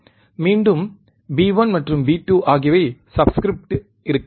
மீண்டும் b1 மற்றும் b2 ஆகியவை சப்ஸ்கிரிப்டில் இருக்கும்